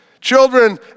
Children